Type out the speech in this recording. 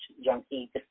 junkie